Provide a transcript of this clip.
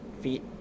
feet